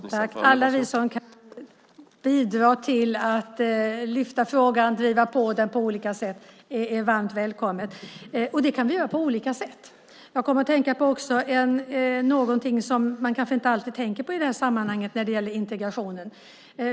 Herr talman! Alla som kan bidra till att lyfta fram frågan och driva på den på olika sätt är varmt välkomna, och det kan vi göra på olika sätt. Jag kom att tänka på någonting som man kanske inte alltid tänker på när det gäller integrationen i det här sammanhanget.